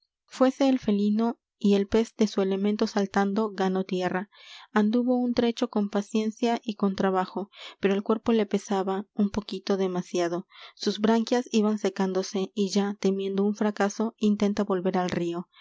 e el felino y el pez de su elemento saltando ganó tierra anduvo un trecho con paciencia y con trabajo pero el cuerpo le pesaba un poquito demasiado sus branquias iban secándose y ya temiendo un fracaso intenta volver al r